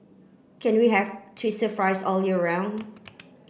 can we have twister fries all year round